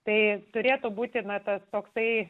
tai turėtų būti metas toksai